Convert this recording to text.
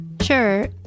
Sure